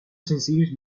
senzills